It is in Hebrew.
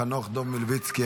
חנוך דב מלביצקי,